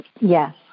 Yes